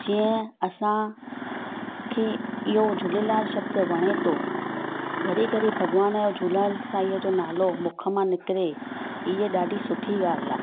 जीअं असां खे इहो झूलेलाल शब्द वणे थो घड़ी घड़ी भॻवान जो झूलेलाल साईंअ जो नालो मुख मां निकिरे हीअ ॾाढी सुठी ॻाल्हि आहे